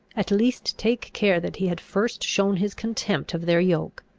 at least take care that he had first shown his contempt of their yoke?